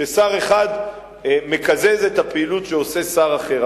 ששר אחד מקזז את הפעילות שעושה שר אחר.